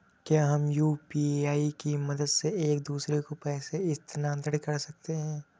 क्या हम यू.पी.आई की मदद से एक दूसरे को पैसे स्थानांतरण कर सकते हैं?